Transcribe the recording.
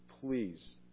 please